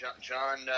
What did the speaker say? John